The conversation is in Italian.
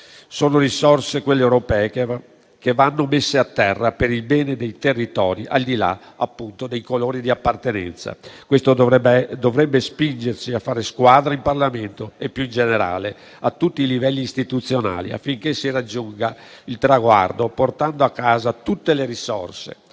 Sono risorse, quelle europee, che vanno messe a terra per il bene dei territori, al di là dei colori di appartenenza. Questo dovrebbe spingerci a fare squadra in Parlamento e, più in generale, a tutti i livelli istituzionali, affinché si raggiunga il traguardo portando a casa tutte le risorse,